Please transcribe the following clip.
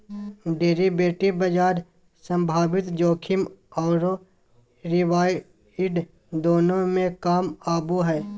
derivative बाजार संभावित जोखिम औरो रिवार्ड्स दोनों में काम आबो हइ